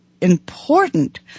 important